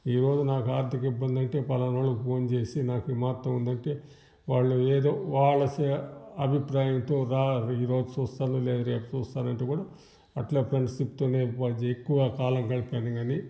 ఈరోజు నాకు ఆర్ధిక ఇబ్బందైతే ఫలానా వొలికి ఫోన్ చేసి నాకీ మాత్తో ఉందంటే వాళ్ళు ఏదో వాళ్ళ స అభిప్రాయంతో దా ఈరోజు సూస్తాను లేదంటే రేపు సూస్తానంటే కూడా అట్లా ఫ్రెండ్షిప్ తోనే వాళ్ళతో ఎక్కువ కాలం గడుపుతాను గానీ